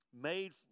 made